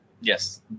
yes